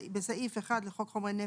בסעיף 1 לחוק חומרי נפץ,